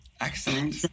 Excellent